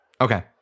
Okay